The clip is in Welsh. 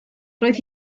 roedd